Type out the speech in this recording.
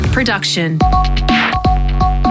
Production